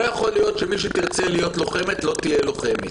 לא יכול להיות שמי שתרצה להיות לוחמת לא תהיה לוחמת.